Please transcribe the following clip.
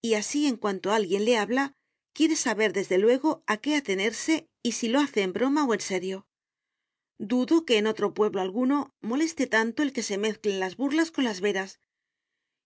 y así en cuanto alguien le habla quiere saber desde luego a qué atenerse y si lo hace en broma o en serio dudo que en otro pueblo alguno moleste tanto el que se mezclen las burlas con las veras